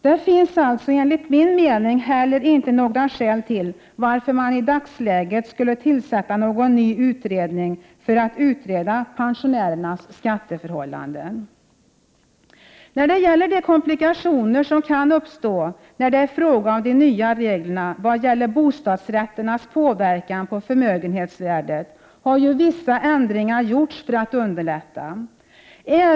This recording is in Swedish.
Det finns alltså enligt min mening inte något skäl till att i dagsläget tillsätta en ny utredning för att utreda pensionärernas skatteförhållanden. När det gäller de komplikationer som kan uppstå i fråga om de nya reglerna om bostadsrätternas påverkan på förmögenhetsvärdet har vissa ändringar gjorts för att underlätta det hela.